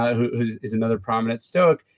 who is another prominent stoic.